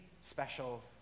special